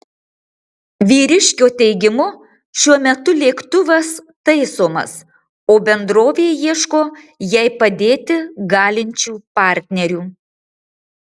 vyriškio teigimu šiuo metu lėktuvas taisomas o bendrovė ieško jai padėti galinčių partnerių